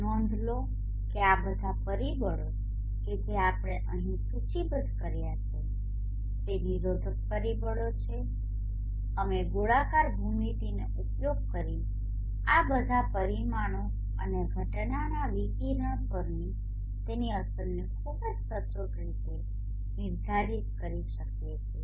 નોંધ લો કે આ બધાં પરિબળો કે જે આપણે અહીં સૂચિબદ્ધ કર્યા છે તે નિરોધક પરિબળો છે અમે ગોળાકાર ભૂમિતિનો ઉપયોગ કરીને આ બધા પરિમાણો અને ઘટનાના વિકિરણ પરની તેની અસરોને ખૂબ જ સચોટ રીતે નિર્ધારિત કરી શકીએ છીએ